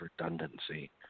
redundancy